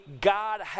God